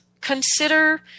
Consider